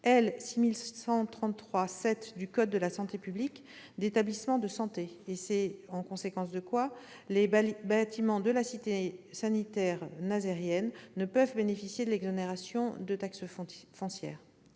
6133-7 du code de la santé publique, d'établissement de santé. En conséquence, les bâtiments de la Cité sanitaire nazairienne ne peuvent bénéficier de l'exonération de taxe foncière.